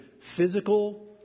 physical